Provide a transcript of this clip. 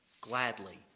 gladly